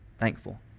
thankful